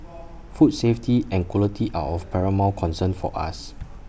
food safety and quality are of paramount concern for us